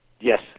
Yes